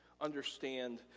understand